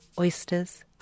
oysters